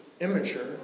immature